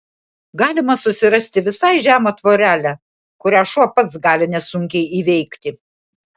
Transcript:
galima susirasti visai žemą tvorelę kurią šuo pats gali nesunkiai įveikti